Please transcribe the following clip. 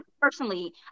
personally